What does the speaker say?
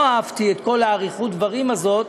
לא אהבתי את כל אריכות הדברים הזאת,